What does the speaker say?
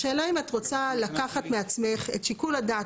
השאלה אם את רוצה לקחת מעצמך את שיקול הדעת.